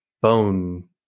bone